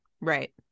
right